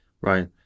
Right